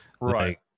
Right